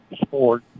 Sport